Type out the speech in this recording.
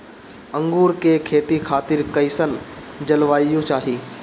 अंगूर के खेती खातिर कइसन जलवायु चाही?